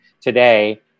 today